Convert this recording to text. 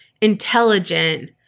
intelligent